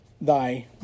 thy